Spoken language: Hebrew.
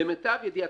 למיטב הבנתי,